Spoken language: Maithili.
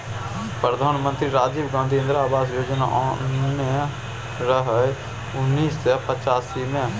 प्रधानमंत्री राजीव गांधी इंदिरा आबास योजना आनने रहय उन्नैस सय पचासी मे